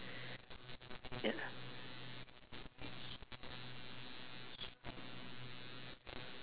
ya